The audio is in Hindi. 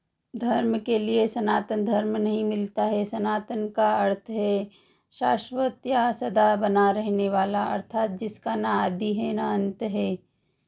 धर्म के लिए सनातन धर्म नहीं मिलता है सनातन का अर्थ है शाश्वत या सदा बना रहने वाला अर्थात् जिसका न आदि है न अंत